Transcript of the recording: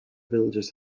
villages